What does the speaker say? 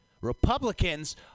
Republicans